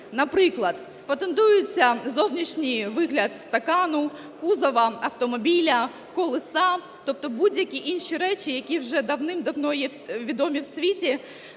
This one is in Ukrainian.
Наприклад, патентується зовнішній вигляд стакану, кузова автомобіля, колеса, тобто будь-які інші речі, які вже давним-давно відомі в світі,